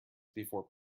before